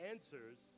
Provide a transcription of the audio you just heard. Answers